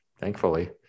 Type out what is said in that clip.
thankfully